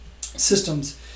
systems